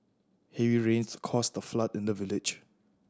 heavy rains caused a flood in the village